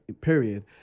period